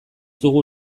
dugu